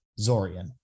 Zorian